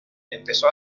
empezó